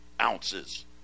ounces